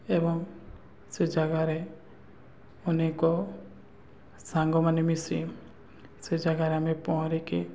ଏବଂ ସେ ଜାଗାରେ ଅନେକ ସାଙ୍ଗମାନେ ମିଶି ସେ ଜାଗାରେ ଆମେ ପହଁରିକି